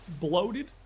bloated